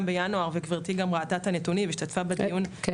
בינואר שגברתי גם ראתה את הנתונים והשתתפה בדיון -- כן,